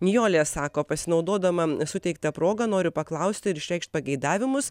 nijolė sako pasinaudodama suteikta proga noriu paklausti ir išreikšt pageidavimus